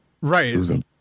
Right